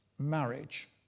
marriage